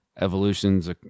evolution's